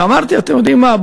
ואמרתי: אתם יודעים מה?